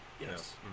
Yes